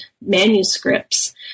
manuscripts